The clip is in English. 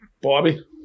Bobby